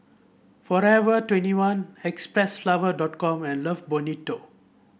Forever twenty one Xpressflower dot com and Love Bonito